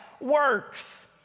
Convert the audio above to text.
works